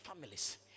families